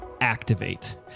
Activate